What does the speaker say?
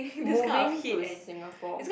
moving to Singapore